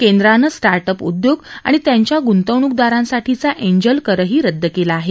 केंद्रानं startup उद्योग आणि त्यांच्या ग्ंतवणूकदारांसठीचा एंजल करही रदद केला आहे